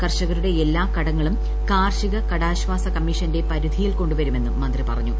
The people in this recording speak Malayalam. കർഷകരുടെ എല്ലാ കടങ്ങളും കാർഷിക കടാശ്വാസ കമ്മിഷന്റെ പരിധിയിൽ കൊണ്ടുവരുമെന്നും മന്ത്രി പറഞ്ഞു